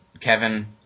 Kevin